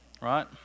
Right